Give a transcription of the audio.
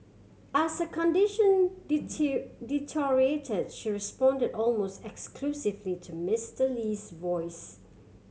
as her condition deteriorated she responded almost exclusively to Mister Lee's voice